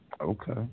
okay